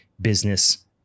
business